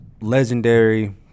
legendary